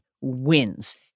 wins